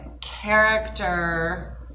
character